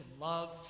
love